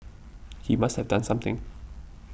he must have done something